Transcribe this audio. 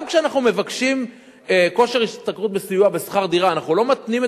גם כשאנחנו מבקשים כושר השתכרות בסיוע בשכר דירה אנחנו לא מתנים את